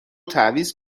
تعویض